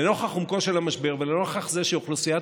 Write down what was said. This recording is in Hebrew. שלנוכח עומקו של המשבר ולנוכח זה שאוכלוסיית